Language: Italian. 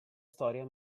storia